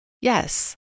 yes